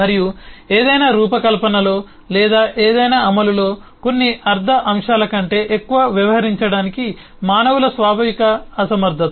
మరియు ఏదైనా రూపకల్పనలో లేదా ఏదైనా అమలులో కొన్ని అర్థ అంశాల కంటే ఎక్కువ వ్యవహరించడానికి మానవుల స్వాభావిక అసమర్థత